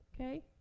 Okay